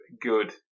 Good